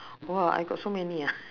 !wah! I got so many ah